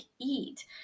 eat